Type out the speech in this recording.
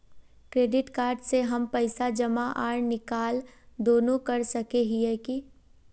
Credit card से हम पैसा जमा आर निकाल दोनों कर सके हिये की?